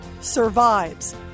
survives